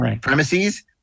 Premises